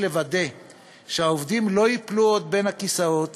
לוודא שהעובדים לא ייפלו עוד בין הכיסאות